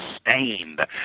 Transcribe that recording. stained